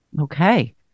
Okay